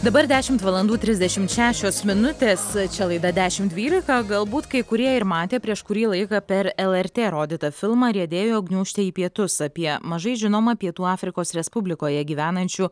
dabar dešimt valandų trisdešimt šešios minutės čia laida dešim dvylika galbūt kai kurie ir matė prieš kurį laiką per lrt rodytą filmą riedėjo gniūžtė į pietus apie mažai žinomą pietų afrikos respublikoje gyvenančių